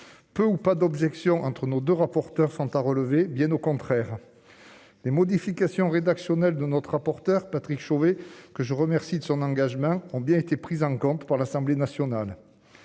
Peu ou pas d'objection entre nos 2 rapporteurs sont à relever, bien au contraire, des modifications rédactionnelles de notre rapporteur Patrick Chauvet, que je remercie de son engagement, ont bien été prises en compte par l'Assemblée nationale,